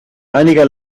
einiger